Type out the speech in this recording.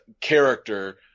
character